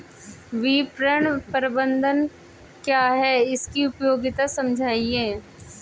विपणन प्रबंधन क्या है इसकी उपयोगिता समझाइए?